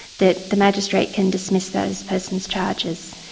that the magistrate can dismiss those person's charges.